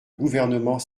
gouvernement